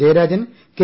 Jayarajan K